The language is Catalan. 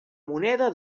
moneda